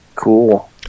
cool